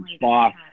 boss